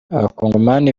abakongomani